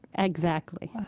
exactly.